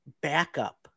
backup